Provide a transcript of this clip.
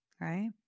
right